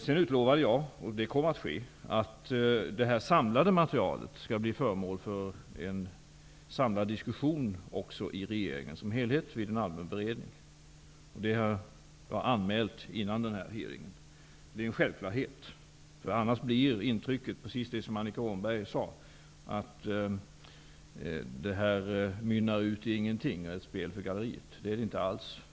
Jag utlovade också, vilket kommer att ske, att det samlade materialet skall bli föremål för en samlad diskussion också i regeringen som helhet vid en allmän beredning, vilket var anmält före utfrågningen. Det är en självklarhet därför att annars kunde intrycket bli precis det som Annika Åhnberg sade, nämligen att frågan mynnade ut i intet och blev ett spel för gallerierna. Så är det inte alls.